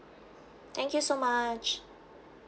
thank you so much